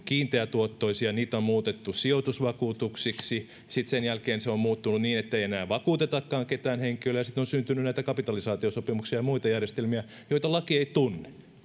kiinteätuottoisia on muutettu sijoitusvakuutuksiksi sitten sen jälkeen se on muuttunut niin ettei enää vakuutetakaan ketään henkilöä ja sitten on syntynyt näitä kapitalisaatiosopimuksia ja muita järjestelmiä joita laki ei tunne